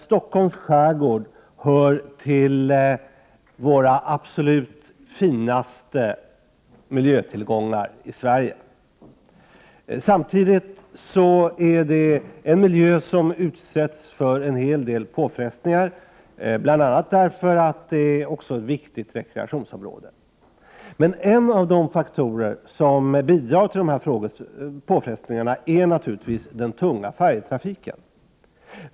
Stockholms skärgård hör till våra absolut finaste miljötillgångar i Sverige. Samtidigt är det en miljö som utsätts för en hel del påfrestningar, bl.a. därför att den också är ett viktigt rekreationsområde. En av de faktorer som bidrar till dessa påfrestningar är naturligtvis den tunga färjetrafiken.